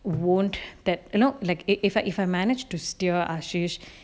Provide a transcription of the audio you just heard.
won't that you know like if I if I managed to steer ashey